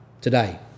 today